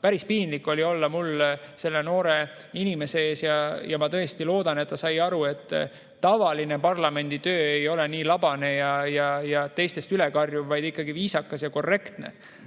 Päris piinlik oli mul olla selle noore inimese ees ja ma tõesti loodan, et ta sai aru, et tavaline parlamenditöö ei ole nii labane, kus teistest üle karjutakse, vaid ollakse ikkagi viisakad ja korrektsed.